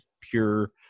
pure